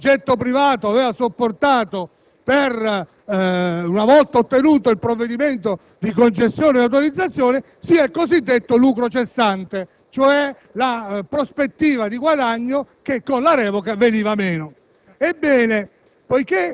che il soggetto privato aveva sopportato una volta ottenuto il provvedimento di concessione o autorizzazione, sia il cosiddetto lucro cessante, cioè la prospettiva di guadagno che con la revoca veniva meno.